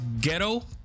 ghetto